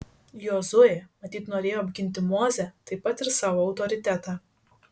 jozuė matyt norėjo apginti mozę taip pat ir savo autoritetą